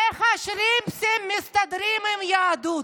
איך השרימפסים מסתדרים עם היהדות?